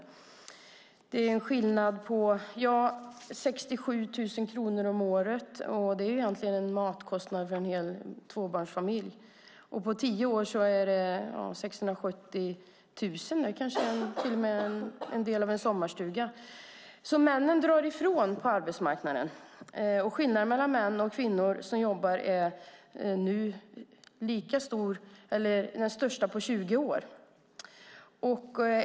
Det är en skillnad på 67 000 kronor om året. Det är matkostnaden för en tvåbarnsfamilj. På tio år är det 670 000 kronor. Det kanske är en del av en sommarstuga. Männen drar ifrån på arbetsmarknaden. Skillnaden mellan män och kvinnor som jobbar är den största på 20 år.